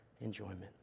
Enjoyment